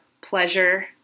pleasure